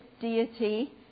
deity